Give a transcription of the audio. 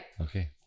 Okay